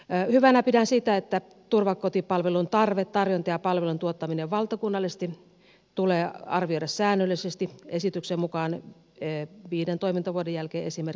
hyvänä pidän sitä että turvakotipalvelun tarve tarjonta ja palvelun tuottaminen valtakunnallisesti tulee arvioida säännöllisesti esityksen mukaan viiden toimintavuoden jälkeen esimerkiksi